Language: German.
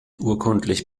urkundlich